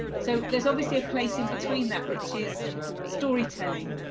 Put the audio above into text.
so there is obviously a place in between that, which is storytelling.